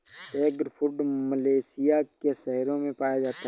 eggfruit Malaysia के शहरों में पाया जाता है